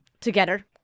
together